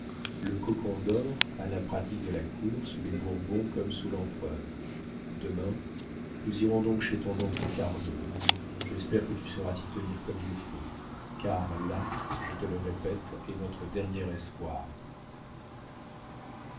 le cocon dor a la pratique de la cour sous les bourbons comme sous l'empereur demain nous irons donc chez ton oncle cardot j'espère que tu sauras t'y tenir comme il faut car là je te le répète est notre dernier espoir